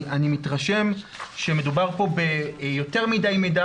אני מתרשם שמדובר פה ביותר מדי מידע